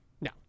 No